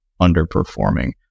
underperforming